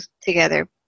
together